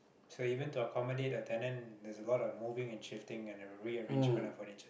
so even to accommodate a tenant there's a lot of moving and shifting and rearrangement of furniture